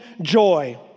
joy